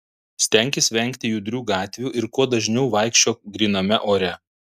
stenkis vengti judrių gatvių ir kuo dažniau vaikščiok gryname ore